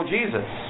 Jesus